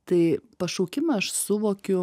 tai pašaukimą aš suvokiu